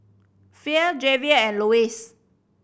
Fae Javier and Louie